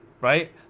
right